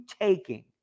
taking